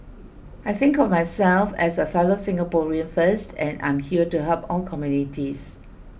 I think of myself as a fellow Singaporean first and I'm here to help all communities